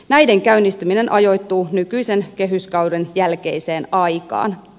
näiden käynnistyminen ajoittuu nykyisen kehyskauden jälkeiseen aikaan